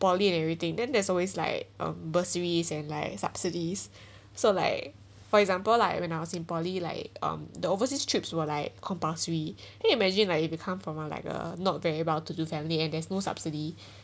poly and everything then there's always like um bursaries and subsidies so like for example like when I was in poly like um the overseas trips were like compulsory can you imagine like you become from one like uh not very well to do family and there's no subsidy